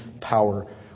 power